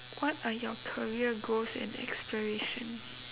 what are your career goals and aspirations